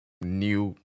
New